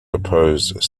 oppose